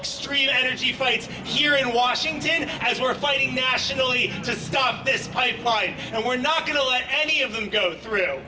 extreme energy fights here in washington as we're fighting nationally to stop this pipeline and we're not going to let any of them go through